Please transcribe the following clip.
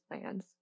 plans